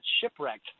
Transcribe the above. shipwrecked